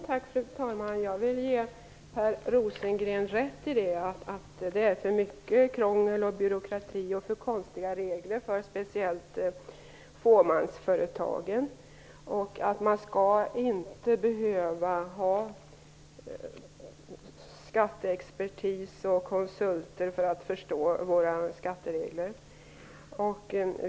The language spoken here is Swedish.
Fru talman! Jag vill ge Per Rosengren rätt i att det finns för mycket av krångel och byråkrati och av konstiga regler, speciellt för fåmansföretagen. Man skall inte behöva anlita skatteexpertis och konsulter för att kunna förstå våra skatteregler.